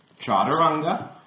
chaturanga